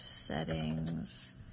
settings